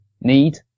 need